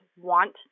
want